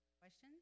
Questions